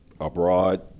Abroad